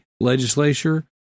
legislature